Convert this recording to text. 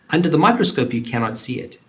under the microscope you cannot see it.